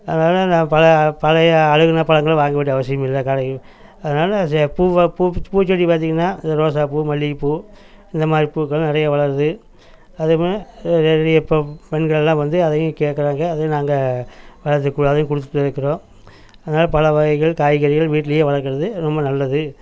அதனால் நான் பழ பழைய அழுகின பழங்களை வாங்க வேண்டிய அவசியம் இல்லை அதனால பூவ பூ பூச்செடி பார்த்திங்கன்னா இந்த ரோசாப்பூ மல்லிகைப்பூ இந்த மாதிரி பூக்கள் நிறையா வளருது அதே மாதிரி இப்போ பெண்கள் எல்லா வந்து அதையும் கேட்குறாங்க அதையும் நாங்கள் அதை அதையும் கொடுத்துட்டுதா இருக்கிறோம் அதனால் பழவகைகள் காய்கறிகள் வீட்டுலேயே வளர்க்குறது ரொம்ப நல்லது